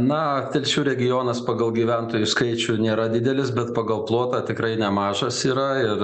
na telšių regionas pagal gyventojų skaičių nėra didelis bet pagal plotą tikrai nemažas yra ir